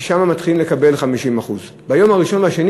אז מתחילים לקבל 50%. היום הראשון והשני